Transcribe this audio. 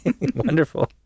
Wonderful